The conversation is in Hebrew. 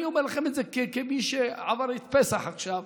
אני אומר לכם את זה כמי שעבר את פסח עכשיו.